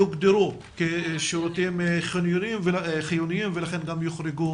יוגדרו כשירותים חיוניים ולכן גם יוחרגו